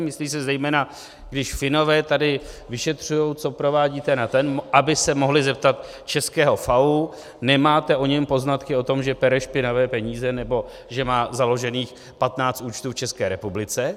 Myslí se zejména, když Finové tady vyšetřují, co provádí ten a ten, aby se mohli zeptat českého FAÚ: nemáte o něm poznatky o tom, že pere špinavé peníze nebo že má založených 15 účtů v České republice?